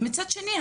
מצד שני,